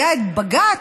היה את בג"ץ